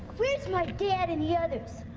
where's my dad and the others?